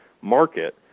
market